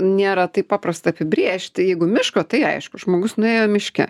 nėra taip paprasta apibrėžti jeigu miško tai aišku žmogus nuėjo miške